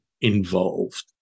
involved